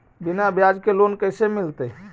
बिना ब्याज के लोन कैसे मिलतै?